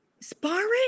Sparring